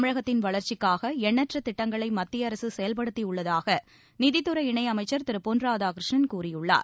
தமிழகத்தின் வளர்ச்சிக்காக எண்ணற்ற திட்டங்களை மத்திய அரசு செயல்படுத்தி உள்ளதாக நிதித்துறை இணையமைச்சர் திரு பொன் ராதாகிருஷ்ணன் கூறியுள்ளார்